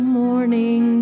morning